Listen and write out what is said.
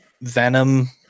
Venom